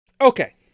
Okay